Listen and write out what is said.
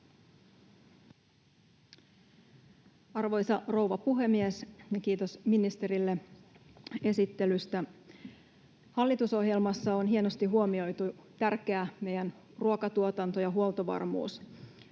Arvoisa rouva puhemies! Kiitos ministerille esittelystä. Hallitusohjelmassa on hienosti huomioitu meidän tärkeä ruokatuotanto ja huoltovarmuus.